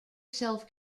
self